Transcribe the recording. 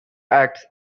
acts